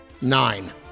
Nine